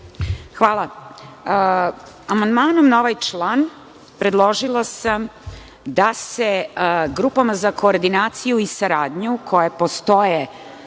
Hvala. Amandmanom na ovaj član predložila sam da se grupama za koordinaciju i saradnju, koje postoje